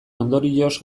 ondorioz